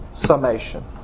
summation